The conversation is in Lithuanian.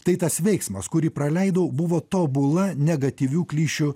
tai tas veiksmas kurį praleidau buvo tobula negatyvių klišių